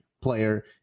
player